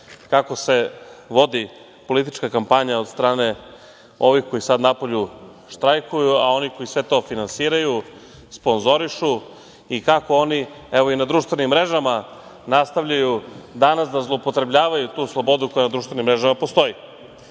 kako se vodi politička kampanja od strane ovih koji sad napolju štrajkuju, a oni koji sve to finansiraju, sponzorišu i kako oni i na društvenim mrežama nastavljaju danas da zloupotrebljavaju tu slobodu koja na društvenim mrežama postoji. Meni